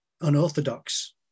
unorthodox